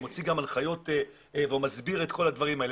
מוציא הנחיות ומסביר את כל הדברים האלה.